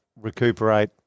recuperate